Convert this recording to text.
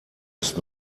ist